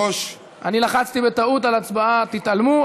לחצתי בטעות על הצבעה, תתעלמו.